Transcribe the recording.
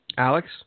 Alex